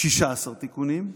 16 תיקונים,